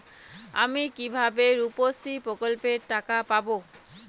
আমি কিভাবে রুপশ্রী প্রকল্পের টাকা পাবো?